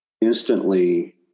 instantly